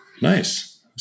Nice